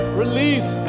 release